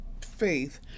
faith